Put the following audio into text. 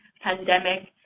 pandemic